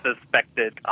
suspected